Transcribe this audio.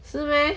是 meh